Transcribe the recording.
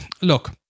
look